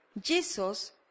Jesus